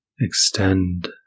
Extend